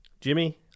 Jimmy